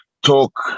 talk